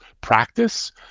practice